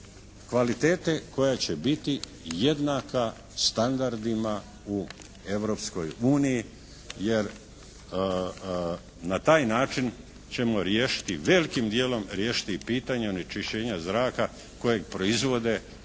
kvalitete koja će biti jednaka standardima u Europskoj uniji. Jer na taj način ćemo riješiti, velikim dijelom riješiti i pitanje onečišćenja zraka kojeg proizvode,